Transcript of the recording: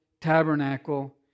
tabernacle